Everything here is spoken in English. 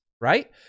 right